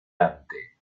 ante